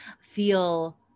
feel